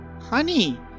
Honey